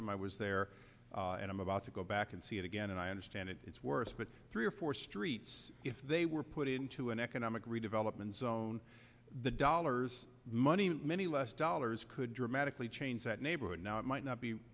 time i was there and i'm about to go back and see it again and i understand it's worse but three or four streets if they were put into an economic redevelopment zone the dollars money many less dollars could dramatically change that neighborhood now it might not be